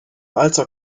alter